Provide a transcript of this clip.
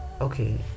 okay